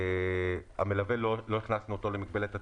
לא הכנסנו מלווה למגבלת התפוסה,